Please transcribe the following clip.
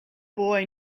boy